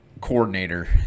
coordinator